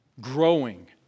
growing